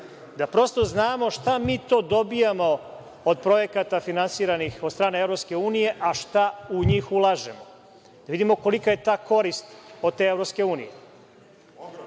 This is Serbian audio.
da prosto znamo šta mi to dobijamo od projekata finansiranih od strane EU a šta u njih ulažemo? Da vidimo kolika je ta korist od te